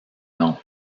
nom